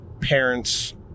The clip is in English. parents